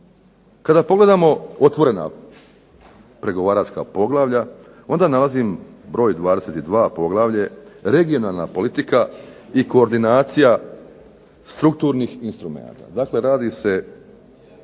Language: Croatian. Kada pogledamo otvorena pregovaračka poglavlja, onda nalazim broj 22. poglavlje Regionalna politika i koordinacija strukturnih instrumenata. Dakle, radi se